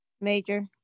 Major